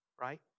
right